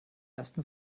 ersten